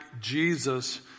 Jesus